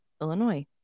Illinois